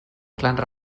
clar